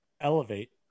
Elevate